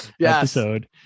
episode